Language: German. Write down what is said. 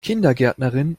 kindergärtnerin